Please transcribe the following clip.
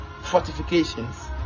fortifications